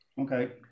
Okay